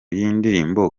y’indirimbo